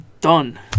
Done